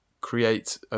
create